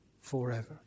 forever